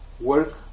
work